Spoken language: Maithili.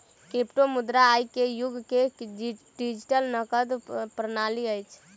क्रिप्टोमुद्रा आई के युग के डिजिटल नकद प्रणाली अछि